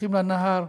הולכים לנהר,